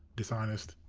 dishonest,